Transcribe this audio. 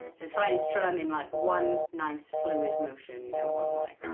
and so try and strum in, like, one nice fluid motion, you don't want like.